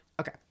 okay